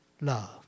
love